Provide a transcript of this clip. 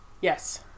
Yes